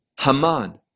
Haman